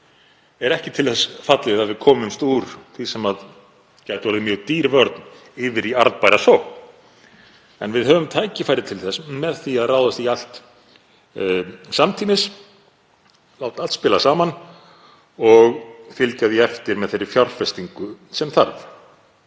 er ekki til þess fallið að við komumst úr því sem gæti orðið mjög dýr vörn yfir í arðbæra sókn. En við höfum tækifæri til þess með því að ráðast í allt samtímis, láta allt spila saman og fylgja því eftir með þeirri fjárfestingu sem þarf.